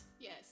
Yes